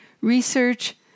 research